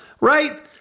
right